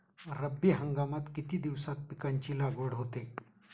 रब्बी हंगामात किती दिवसांत पिकांची लागवड होते?